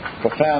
profound